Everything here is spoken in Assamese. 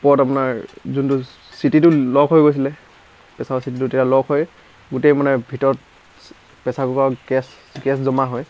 ওপৰত আপোনাৰ যোনটো চিটিটো লক হৈ গৈছিলে প্ৰেছাৰৰ চিটিটো তেতিয়া লক হৈ গোটেই মানে ভিতৰত প্ৰেছাৰ কুকাৰৰ গেছ গেছ জমা হৈ